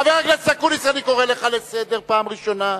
חבר הכנסת אקוניס, אני קורא לך לסדר פעם ראשונה.